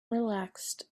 relaxed